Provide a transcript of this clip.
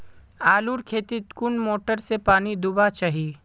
आलूर खेतीत कुन मोटर से पानी दुबा चही?